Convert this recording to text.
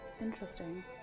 Interesting